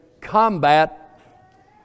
combat